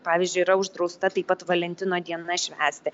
pavyzdžiui yra uždrausta taip pat valentino dienas švęsti